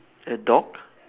a dog